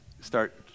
start